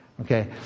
Okay